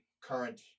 current